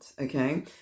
okay